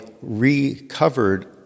recovered